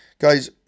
Guys